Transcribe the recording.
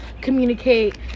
communicate